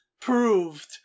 proved